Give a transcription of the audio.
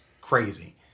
crazy